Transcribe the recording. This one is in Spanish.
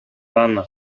dana